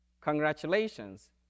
Congratulations